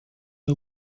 der